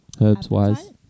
Herbs-wise